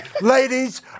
ladies